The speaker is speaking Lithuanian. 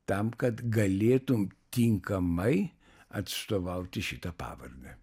tam kad galėtum tinkamai atstovauti šitą pavardę